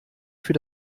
für